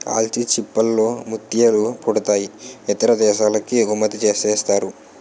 ఆల్చిచిప్పల్ లో ముత్యాలు పుడతాయి ఇతర దేశాలకి ఎగుమతిసేస్తారు